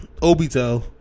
Obito